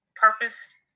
Purpose